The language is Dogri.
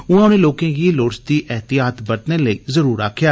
उआं उनें लोकें गी लोड़चदी एहतियात बरतने लेई जरुर आक्खेया